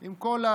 עם כל,